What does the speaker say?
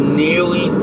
nearly